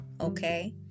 okay